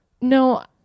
No